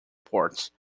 parts